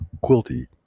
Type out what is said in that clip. Quilty